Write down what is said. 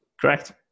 Correct